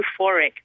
euphoric